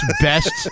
best